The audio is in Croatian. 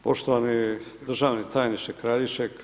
Poštovani državni tajniče Kraljiček.